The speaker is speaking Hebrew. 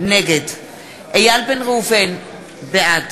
נגד איל בן ראובן, בעד